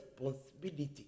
responsibility